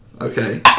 Okay